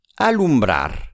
Alumbrar